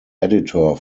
editor